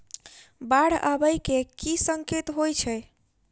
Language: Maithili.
बाढ़ आबै केँ की संकेत होइ छै?